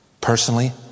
personally